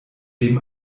dem